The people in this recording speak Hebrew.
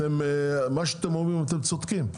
מה שאתם אומרים אתם צודקים,